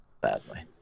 badly